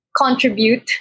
contribute